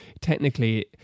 technically